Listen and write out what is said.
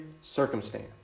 circumstance